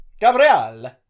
Gabriel